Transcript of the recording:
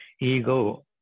ego